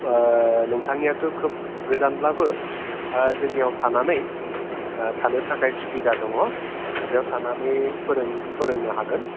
नोंथांनियाथ' खोब गोजानब्लाबो जोंनियाव थानानै थानो थाखाय सुबिदा दङ दा बेयाव थानानै फोरोंनो हागोन